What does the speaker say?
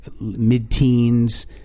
mid-teens